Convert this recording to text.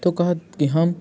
तऽ कहत कि हम